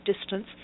distance